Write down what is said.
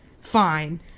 fine